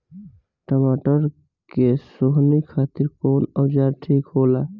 टमाटर के सोहनी खातिर कौन औजार ठीक होला?